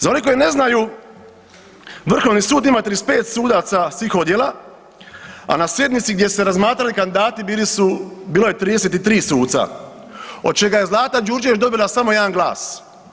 Za one koji ne znaju Vrhovni sud ima 35 sudaca svih odjela, a na sjednici gdje se razmatrali kandidati bili su, bilo je 33 suca od čega je Zlata Đurđević dobila samo 1 glas.